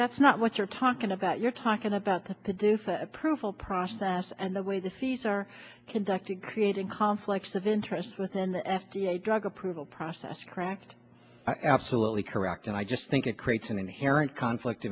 that's not what you're talking about you're talking about the to do for the approval process and the way the fees are conducted creating conflicts of interest within the f d a drug approval process cracked absolutely correct and i just think it creates an inherent conflict